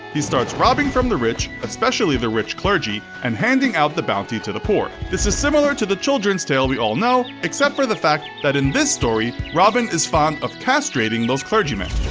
he starts robbing from the rich, especially the rich clergy, and handing out the bounty to the poor. this is similar to the children's tale we all know, except for the fact that in this story robin is fond of castrating those clergymen.